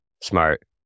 smart